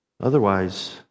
Otherwise